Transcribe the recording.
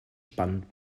spannend